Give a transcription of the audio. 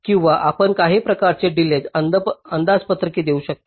किंवा आपण काही प्रकारचे डीलेय अंदाजपत्रके देऊ शकता